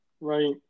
right